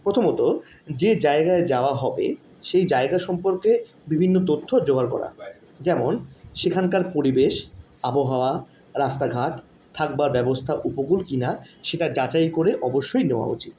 প্রথমত যে জায়গায় যাওয়া হবে সেই জায়গা সম্পর্কে বিভিন্ন তথ্য জোগাড় করা যেমন সেখানকার পরিবেশ আবহাওয়া রাস্তাঘাট থাকবার ব্যবস্থা উপকূল কিনা সেটা যাচাই করে অবশ্যই নেওয়া উচিৎ